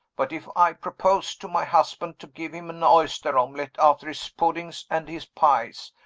but if i proposed to my husband to give him an oyster-omelet after his puddings and his pies,